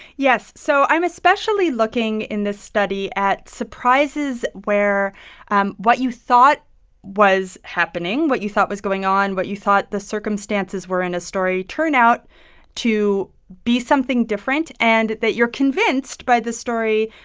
yes. so i'm especially looking, in this study, at surprises where what you thought was happening, what you thought was going on, what you thought the circumstances were in a story, turn out to be something different, and that you're convinced, by the story,